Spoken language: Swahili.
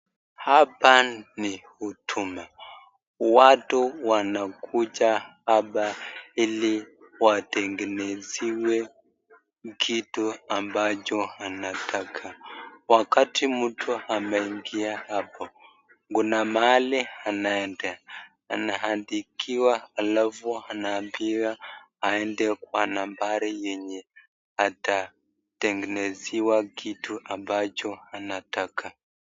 Hapa ni huduma, watu wanakuja hapa ili wategenezewe kitu ambacho anataka. Wakati mtu ameingia hapo kuna mahali anaenda, anaandikiwa alafu anaabiwa aede kwa nambari yenye atategenezewa kitu ambacho anataka.